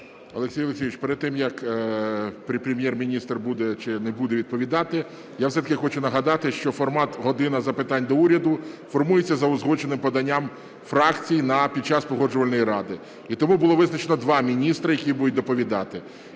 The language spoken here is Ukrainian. Олексій Олексійович, перед тим, як Прем'єр-міністр буде чи не буде відповідати, я все-таки хочу нагадати, що формат "година запитань до Уряду" формується за узгодженим поданням фракцій під час Погоджувальної ради, і тому було визначено два міністри, які будуть доповідати.